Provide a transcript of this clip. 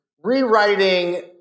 rewriting